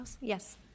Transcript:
Yes